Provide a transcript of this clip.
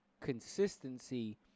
consistency